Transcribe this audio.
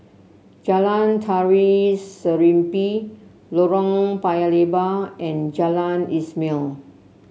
Jalan Tari Serimpi Lorong Paya Lebar and Jalan Ismail